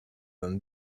than